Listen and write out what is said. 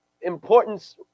importance